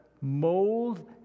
mold